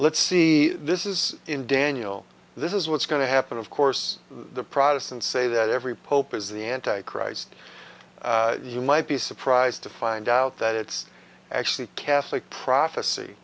let's see this is in daniel this is what's going to happen of course the protestants say that every pope is the anti christ you might be surprised to find out that it's actually catholic prophecy